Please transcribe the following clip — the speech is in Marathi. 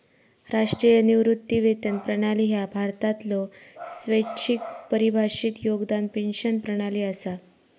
राष्ट्रीय निवृत्ती वेतन प्रणाली ह्या भारतातलो स्वैच्छिक परिभाषित योगदान पेन्शन प्रणाली असा